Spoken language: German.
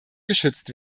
geschützt